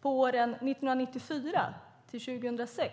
på åren 1994-2006.